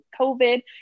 COVID